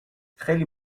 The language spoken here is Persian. خیلی